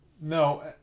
No